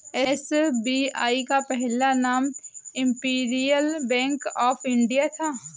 SBI का पहला नाम इम्पीरीअल बैंक ऑफ इंडिया था